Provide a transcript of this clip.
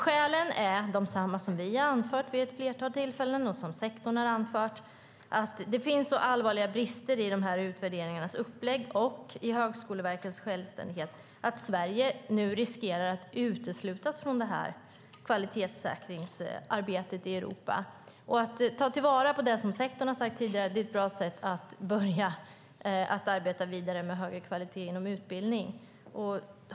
Skälen är desamma som vi har anfört vid ett flertal tillfällen och som sektorn har anfört: Det finns så allvarliga brister i upplägget av utvärderingarna och i Högskoleverkets självständighet att Sverige nu riskerar att uteslutas från kvalitetssäkringsarbetet i Europa. Att ta till vara det sektorn har sagt tidigare är ett bra sätt att arbeta vidare med högre kvalitet inom utbildningen.